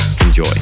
Enjoy